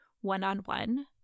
one-on-one